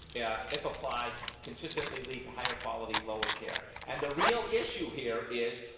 yeah if applied, consistently lead to higher quality lower care. and the real issue here is,